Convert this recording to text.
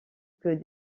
que